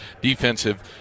defensive